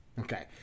Okay